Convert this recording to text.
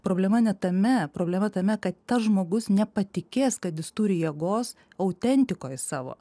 problema ne tame problema tame kad tas žmogus nepatikės kad jis turi jėgos autentikoj savo